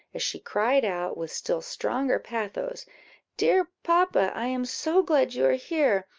as she cried out, with still stronger pathos dear papa, i am so glad you are here!